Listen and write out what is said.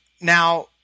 Now